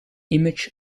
image